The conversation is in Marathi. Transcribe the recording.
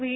व्ही